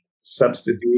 substitute